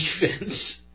defense